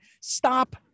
Stop